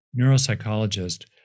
neuropsychologist